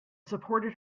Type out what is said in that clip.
supported